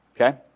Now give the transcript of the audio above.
Okay